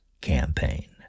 campaign